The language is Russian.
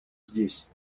здесь